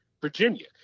Virginia